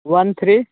one three